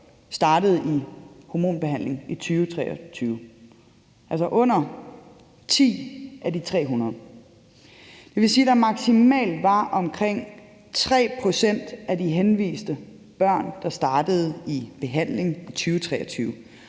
startede i hormonbehandling i 2023, altså under ti af de 300. Det vil sige, at der maksimalt var omkring 3 pct. af de henviste børn, der startede i behandling i 2023,